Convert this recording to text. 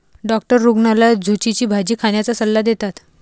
doctor रुग्णाला झुचीची भाजी खाण्याचा सल्ला देतात